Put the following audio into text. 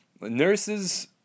Nurses